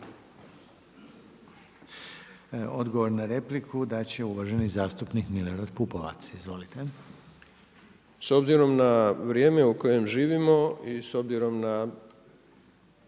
Odgovor na repliku dat će uvaženi zastupnik Milorad Pupovac. Izvolite. **Pupovac, Milorad (SDSS)** S obzirom na vrijeme u kojem živimo i s obzirom na